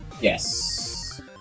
Yes